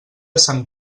sant